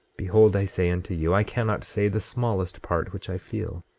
behold, i say unto you, i cannot say the smallest part which i feel.